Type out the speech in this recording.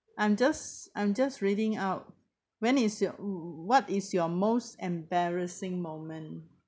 I'm just I'm just reading out when is your mm what is your most embarrassing moment